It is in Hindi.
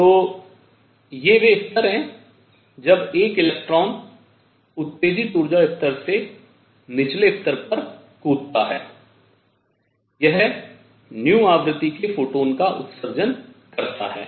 तो ये वे स्तर हैं जब एक इलेक्ट्रॉन उत्तेजित ऊर्जा स्तर से निचले स्तर पर कूदता है यह आवृत्ति के एक फोटॉन का उत्सर्जन करता है